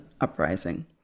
uprising